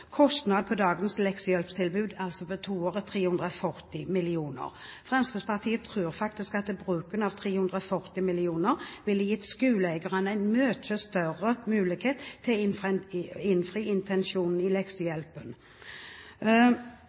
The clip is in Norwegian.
Kostnad for dagens leksehjelpstilbud – altså for to år – er 340 mill. kr. Fremskrittspartiet tror faktisk at bruken av 340 mill. kr ville gitt skoleeierne mye større mulighet til å innfri intensjonen i leksehjelpen.